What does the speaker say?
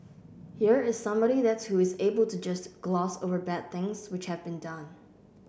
here is somebody that's who is able to just gloss over bad things which have been done